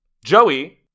Joey